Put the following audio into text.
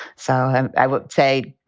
so i would say,